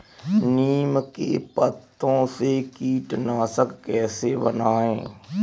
नीम के पत्तों से कीटनाशक कैसे बनाएँ?